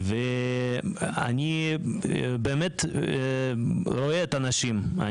אני רואה את האנשים.